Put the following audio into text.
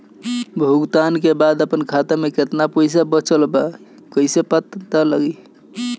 भुगतान के बाद आपन खाता में केतना पैसा बचल ब कइसे देखल जाइ?